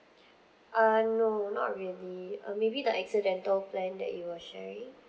uh no not really uh maybe the accidental plan that you were sharing